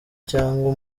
cyangwa